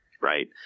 Right